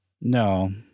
No